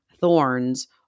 thorns